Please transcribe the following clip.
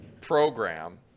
program